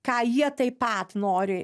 ką jie taip pat nori